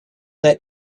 that